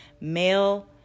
male